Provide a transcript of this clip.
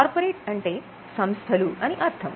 corporate అంటే సంస్థలు అని అర్థం